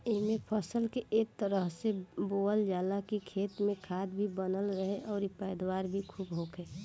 एइमे फसल के ए तरह से बोअल जाला की खेत में खाद भी बनल रहे अउरी पैदावार भी खुब होखे